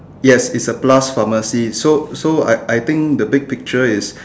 yes is a plus pharmacy so so I I think the big picture is